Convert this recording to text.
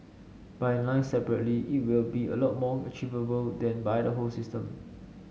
by line separately it will be a lot more achievable than by the whole system